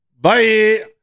Bye